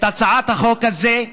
הצעת החוק הזאת,